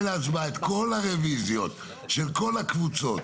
להצבעה את כל הרביזיות של כל הקבוצות,